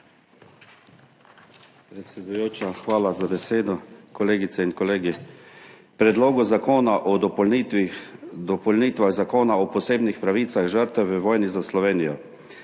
hvala za besedo. Kolegice in kolegi! K Predlogu zakona o dopolnitvah Zakona o posebnih pravicah žrtev v vojni za Slovenijo.